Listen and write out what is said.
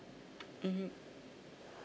mmhmm